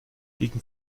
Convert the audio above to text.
gegen